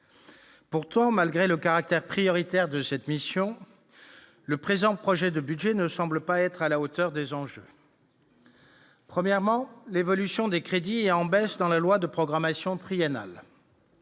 Pourtant, malgré le caractère prioritaire de cette mission, le présent projet de budget ne semble pas être à la hauteur des enjeux. Premièrement, l'évolution des crédits est en baisse dans la loi de programmation triennale.